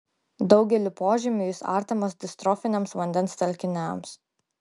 daugeliu požymių jis artimas distrofiniams vandens telkiniams